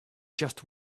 just